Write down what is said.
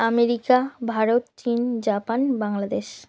America Bharat চীন Japan Bangladesh